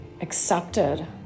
accepted